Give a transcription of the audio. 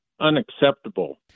unacceptable